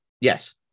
Yes